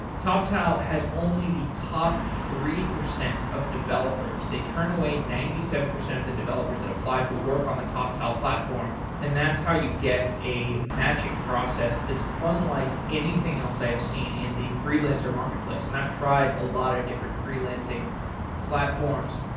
toptal has only the top three percent of developers. they turn away ninety seven percent of the developers that apply to work on the toptal platform and that's how you get a matching process that's unlike anything else i've seen in the freelancer marketplace, and i've tried a lot of different freelancing platforms.